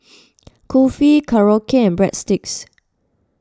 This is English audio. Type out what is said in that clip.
Kulfi Korokke and Breadsticks